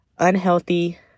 Unhealthy